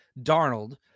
Darnold